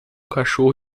cachorro